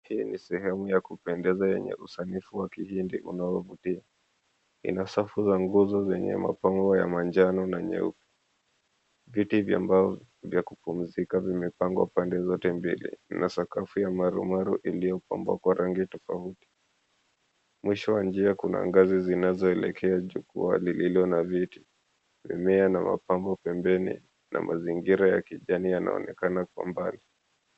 Hii ni sehemu ya kupendeza yenye usanifu wa kihindi unaovutia. Ina safu za nguzo zenye mapambo ya manjano na nyeupe. Viti vya mbao vya kupumzika vimepangwa pande zote mbili, na sakafu ya marumaru iliyopambwa rangi tofauti. Mwisho wa njia kuna ngazi zinazoelekea jukwaa lililo na viti. Mimea na mapambo pembeni na mazingira ya kijani yanaonekana kwa mbali.